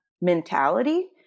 mentality